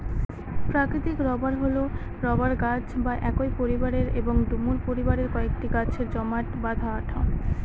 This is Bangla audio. প্রাকৃতিক রবার হল রবার গাছ বা একই পরিবারের এবং ডুমুর পরিবারের কয়েকটি গাছের জমাট বাঁধা আঠা